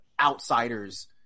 outsiders